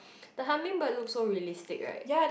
the hummingbird look so realistic right